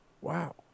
wow